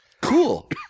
Cool